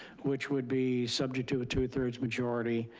which would be subject to a two thirds majority.